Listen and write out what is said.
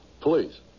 Please